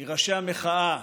המחאה,